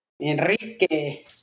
Enrique